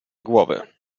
głowy